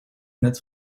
net